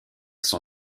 son